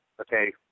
okay